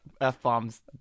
F-bombs